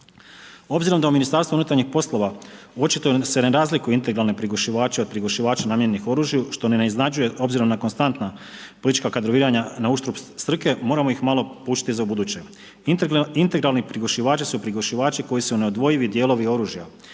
Obzirom da u Ministarstvu unutarnjih poslova očito se ne razlikuju integralni prigušivači od prigušivača namijenjenih oružju, što ne iznenađuje s obzirom na konstantna politička kadroviranja na uštrb struke moramo ih malo … za ubuduće. Integralni prigušivači su prigušivači koji su neodvojivi dijelovi oružja